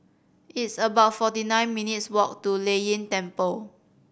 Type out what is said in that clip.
it's about forty nine minutes' walk to Lei Yin Temple